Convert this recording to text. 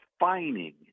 defining